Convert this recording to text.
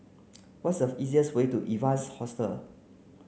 what's a easiest way to Evans Hostel